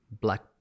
black